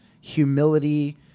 humility